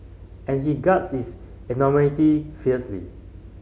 and he guards his anonymity fiercely